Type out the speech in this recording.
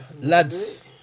lads